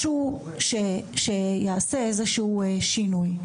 משהו שיעשה שינוי.